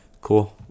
Cool